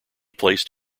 placed